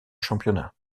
championnat